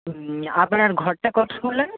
হুম আপনার ঘরটা কত বললেন